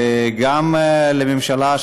וגם לממשלה,